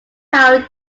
tiles